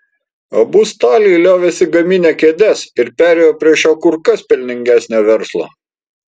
abu staliai liovėsi gaminę kėdes ir perėjo prie šio kur kas pelningesnio verslo